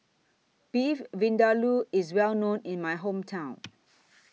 Beef Vindaloo IS Well known in My Hometown